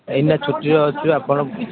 ଏଇନେ ଛୁଟିରେ ଅଛି ଆପଣ